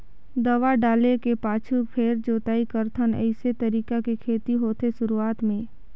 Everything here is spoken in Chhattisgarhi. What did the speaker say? दवा डाले के पाछू फेर जोताई करथन अइसे तरीका के खेती होथे शुरूआत में